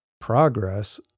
Progress